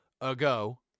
ago